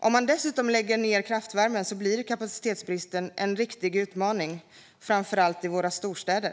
Om man dessutom lägger ned kraftvärmen blir kapacitetsbristen en riktig utmaning, framför allt i våra storstäder.